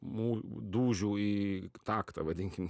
mū dūžių į taktą vadinkim